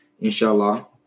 inshallah